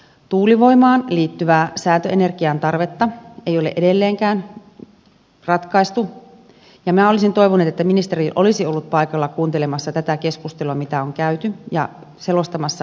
tuulivoimaan liittyvää säätöenergian tarvetta ei ole edelleenkään ratkaistu ja minä olisin toivonut että ministeri olisi ollut paikalla kuuntelemassa tätä keskustelua mitä on käyty ja selostamassa lakiesitystä